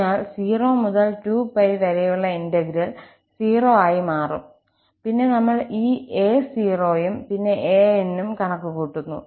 അതിനാൽ 0 മുതൽ 2𝜋 വരെയുള്ള ഇന്റഗ്രൽ 0 ആയി മാറും പിന്നെ നമ്മൾ ഈ 𝑎0 ഉം പിന്നെ 𝑎n ഉം കണക്കുകൂട്ടുന്നു